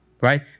Right